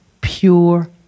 pure